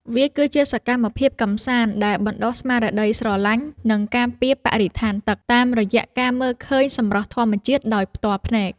វាជាសកម្មភាពកម្សាន្តដែលបណ្ដុះស្មារតីស្រឡាញ់ និងការពារបរិស្ថានទឹក តាមរយៈការមើលឃើញសម្រស់ធម្មជាតិដោយផ្ទាល់ភ្នែក។